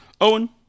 owen